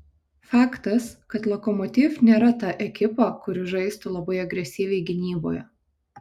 faktas kad lokomotiv nėra ta ekipa kuri žaistų labai agresyviai gynyboje